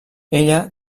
ella